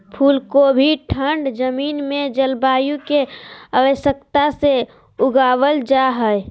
फूल कोबी ठंड जमीन में जलवायु की आवश्यकता से उगाबल जा हइ